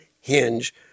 hinge